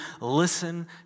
Listen